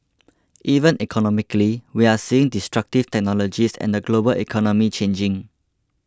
even economically we're seeing destructive technologies and the global economy changing